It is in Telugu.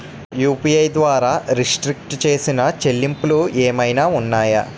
యు.పి.ఐ ద్వారా రిస్ట్రిక్ట్ చేసిన చెల్లింపులు ఏమైనా ఉన్నాయా?